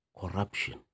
corruption